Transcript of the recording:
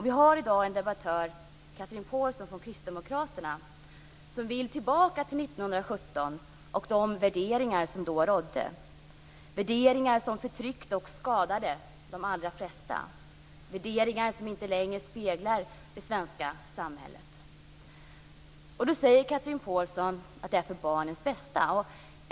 Vi har i dag en debattör, Chatrine Pålson från Kristdemokraterna, som vill tillbaka till 1917 och de värderingar som då rådde, värderingar som förtryckte och skadade de allra flesta, värderingar som inte längre speglar det svenska samhället. Chatrine Pålsson säger att det är för barnens bästa.